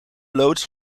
loods